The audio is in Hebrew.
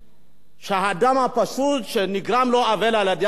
האדם הפשוט שנגרם לו עוול על-ידי המדינה,